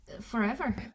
forever